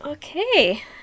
Okay